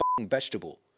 vegetable